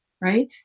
right